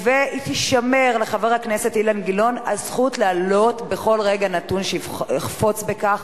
תישמר לחבר הכנסת אילן גילאון הזכות להעלות בכל רגע נתון שיחפוץ בכך